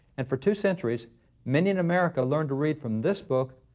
and for two centuries many in america learned to read from this book,